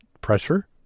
pressure